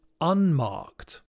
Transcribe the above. unmarked